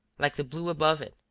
like the blue above it,